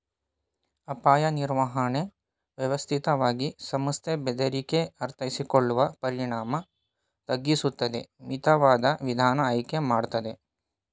ಅಪಾಯ ನಿರ್ವಹಣೆ ವ್ಯವಸ್ಥಿತವಾಗಿ ಸಂಸ್ಥೆ ಬೆದರಿಕೆ ಅರ್ಥೈಸಿಕೊಳ್ಳುವ ಪರಿಣಾಮ ತಗ್ಗಿಸುತ್ತದೆ ಮಿತವಾದ ವಿಧಾನ ಆಯ್ಕೆ ಮಾಡ್ತದೆ